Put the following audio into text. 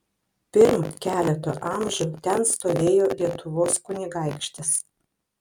pirm keleto amžių ten stovėjo lietuvos kunigaikštis